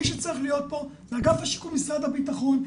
מי שצריך להיות פה הוא אגף השיקום במשרד הבטחון,